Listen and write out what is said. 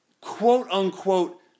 quote-unquote